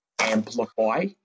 Amplify